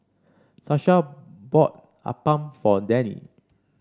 Sasha bought appam for Danny